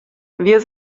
wir